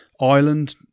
Ireland